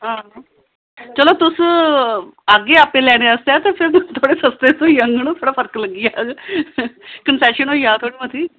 आं चलो तुस आह्गे आपें लैने आस्तै ते तुसेंगी सस्ते थ्होई जाङन थोह्ड़ा फर्क लग्गी जाह्ग कन्सेशन थ्होई जाह्ग थोह्ड़ी मती